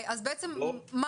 מה